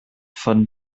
von